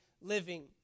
living